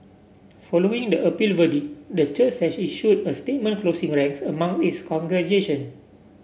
following the appeal verdict the church has issued a statement closing ranks among its congregation